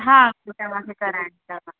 हा उहो तव्हांखे कराए ॾींदा त